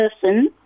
person